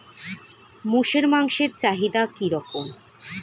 মোষের মাংসের চাহিদা কি রকম?